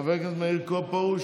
חבר הכנסת מאיר פרוש.